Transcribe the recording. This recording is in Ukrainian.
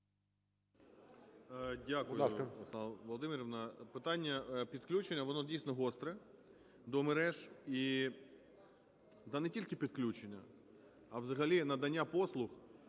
Володимирівна. Питання підключення, воно, дійсно, гостре, до мереж. Да не тільки підключення, а взагалі надання послуг